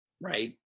right